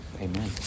Amen